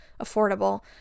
affordable